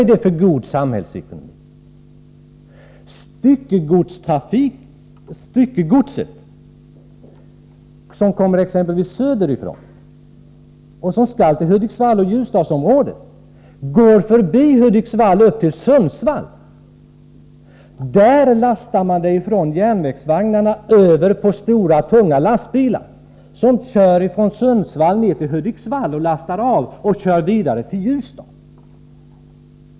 Är det god samhällsekonomi? Styckegods som kommer söderifrån och skall till Hudiksvallsoch Ljusdalsområdet går förbi Hudiksvall upp till Sundsvall. Där lastas det över på stora, tunga lastbilar som kör ned till Hudiksvall för avlastning och därifrån vidare till Ljusdal.